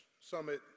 summit